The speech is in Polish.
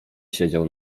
siedział